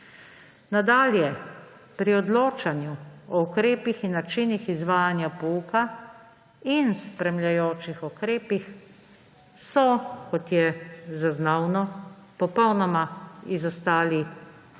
Nadalje. Pri odločanju o ukrepih in načinih izvajanja pouka in spremljajočih ukrepih so, kot je zaznavno, popolnoma izostali